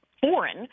foreign –